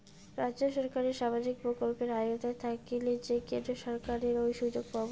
রাজ্য সরকারের সামাজিক প্রকল্পের আওতায় থাকিলে কি কেন্দ্র সরকারের ওই সুযোগ পামু?